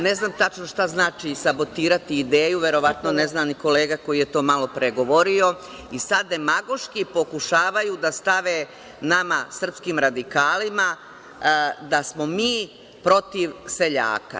Ne znam tačno šta znači „sabotirati ideju“, verovatno ne zna ni kolega koji je to malo pre govorio i sada demagoški pokušavaju da stave nama, srpskim radikalima, da smo mi protiv seljaka.